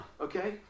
okay